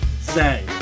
say